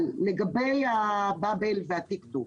אבל לגבי ה-באבל והתיק-תק.